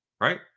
Right